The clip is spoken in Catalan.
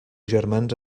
germans